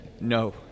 No